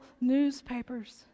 newspapers